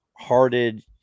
hearted